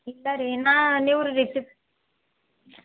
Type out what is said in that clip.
ಇಲ್ಲ ರೀ ನಾ